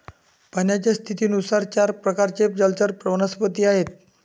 पाण्याच्या स्थितीनुसार चार प्रकारचे जलचर वनस्पती आहेत